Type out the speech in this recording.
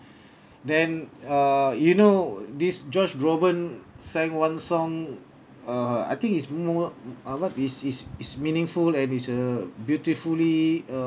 then uh you know this george robin sang one song uh I think is more uh what is is is meaningful and is a beautifully